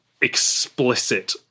explicit